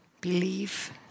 Believe